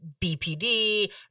BPD